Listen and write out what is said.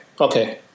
Okay